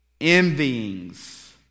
envying's